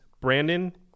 Brandon